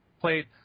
played